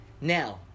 Now